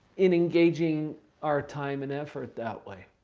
in engaging our time and effort that way?